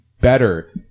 better